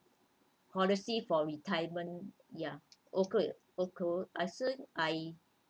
policy for retirement ya okay I soon I